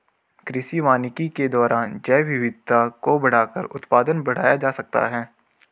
कृषि वानिकी के द्वारा जैवविविधता को बढ़ाकर उत्पादन बढ़ाया जा सकता है